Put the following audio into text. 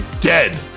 Dead